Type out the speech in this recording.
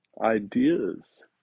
ideas